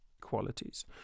qualities